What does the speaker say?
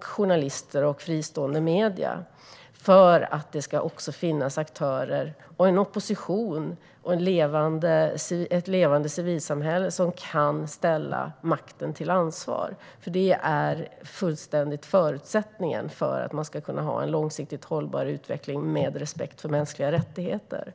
journalister och fristående medier för att det även ska finnas aktörer, en opposition och ett levande civilsamhälle som kan ställa makten till ansvar. Det är helt och hållet förutsättningen för att man ska kunna ha en långsiktigt hållbar utveckling med respekt för mänskliga rättigheter.